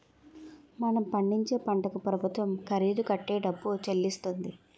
మనం పండించే పంటకు ప్రభుత్వం ఖరీదు కట్టే డబ్బు చెల్లిస్తుంది